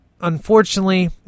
unfortunately